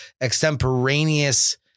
extemporaneous